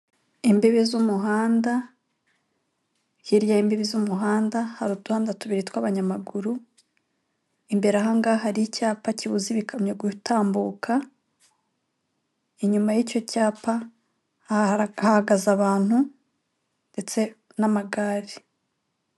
Imbibi z'umuhanda hirya y'imbibi z'umuhanda hari utuhandanda tubiri tw'abanyamaguru, imbere ahangaha hari icyapa kibuza ibikamyo gutambuka, inyuma y'icyo cyapa hahagaze abantu ndetse n'amagare.